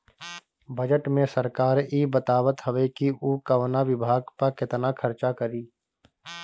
budget में सरकार इ बतावत हवे कि उ कवना विभाग पअ केतना खर्चा करी